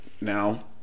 now